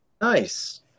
nice